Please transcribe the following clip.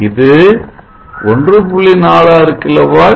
இது 1